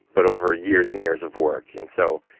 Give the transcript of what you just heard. but over years and years of work. and so,